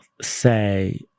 say